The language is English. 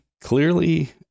clearly